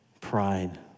pride